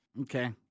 Okay